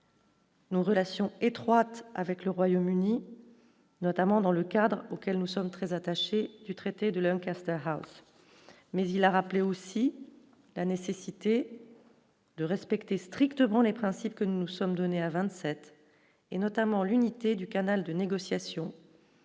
Nos relations étroites avec le Royaume-Uni, notamment dans le cadre auquel nous sommes très attachés, du traité de l'enclave, mais il a rappelé aussi la nécessité de respecter strictement les principes que nous nous sommes donnés à 27 et notamment l'unité du canal de négociation,